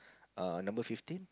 err number fifteen